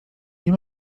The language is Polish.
nie